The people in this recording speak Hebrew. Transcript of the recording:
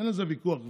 אין על זה ויכוח כבר.